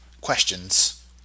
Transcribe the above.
questions